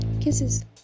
kisses